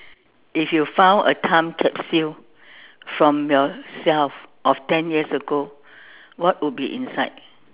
if you found a time capsule from yourself of ten years ago what would be inside